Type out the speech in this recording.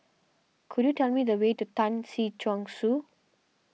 could you tell me the way to Tan Si Chong Su